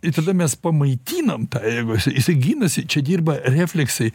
ir tada mes pamaitinam tą ego jisai jisai ginasi čia dirba refleksai